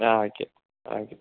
okay thank you